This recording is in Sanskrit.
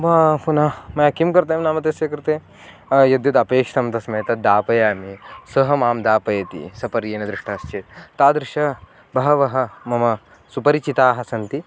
मम पुनः मया किं कर्तव्यं नाम तस्य कृते यद्यदपेक्षितं तस्मै तत् दापयामि सः मां दापयति सपर्येण दृष्टः चेत् तादृशः बहवः मम सुपरिचिताः सन्ति